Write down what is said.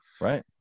right